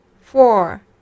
Four